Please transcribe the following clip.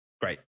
Great